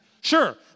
Sure